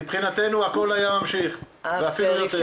מבחינתנו הכול היה ממשיך ואפילו יותר.